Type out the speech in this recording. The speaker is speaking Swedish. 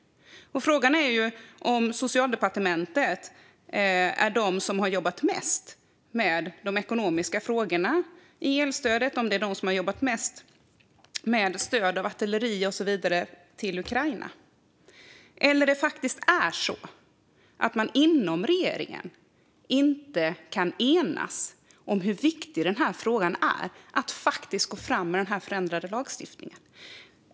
Frågan är om Socialdepartementet är det departement som har jobbat mest med de ekonomiska frågorna, som elstödet och stöd i form av artilleri och så vidare till Ukraina. Eller är det så att man inom regeringen inte kan enas om hur viktig frågan är och om att faktiskt gå fram med en förändrad lagstiftning?